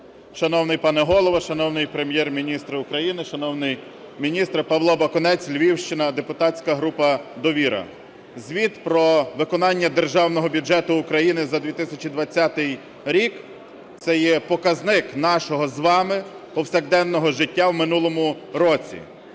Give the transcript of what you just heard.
Шановний пане Голово, шановний Прем'єр-міністре України, шановний міністре! Павло Бакунець, Львівщина, депутатська група "Довіра". Звіт про виконання Державного бюджету України за 2020 рік це є показник нашого з вами повсякденного життя в минулому році.